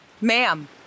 ma'am